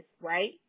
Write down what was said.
right